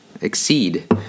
exceed